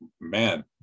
man